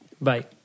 Bye